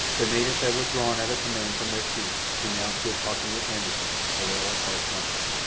the natives had withdrawn at a command from their chief, who now stood talking with anderssen, a little apart from her.